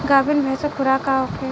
गाभिन भैंस के खुराक का होखे?